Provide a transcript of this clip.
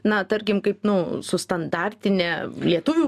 na tarkim kaip nu su standartine lietuvių